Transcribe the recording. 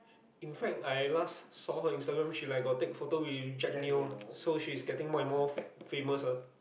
in fact I last saw her Instagram she like got take photo with Jack-Neo so she's getting more and more famous ah